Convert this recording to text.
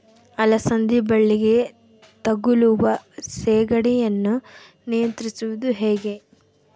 ಅಲಸಂದಿ ಬಳ್ಳಿಗೆ ತಗುಲುವ ಸೇಗಡಿ ಯನ್ನು ನಿಯಂತ್ರಿಸುವುದು ಹೇಗೆ?